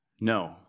No